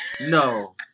No